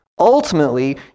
Ultimately